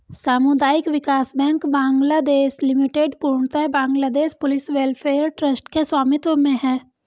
सामुदायिक विकास bank Bangladesh limited पूर्णतः बांग्लादेश पुलिस वेलफेयर ट्रस्ट के स्वामित्व में है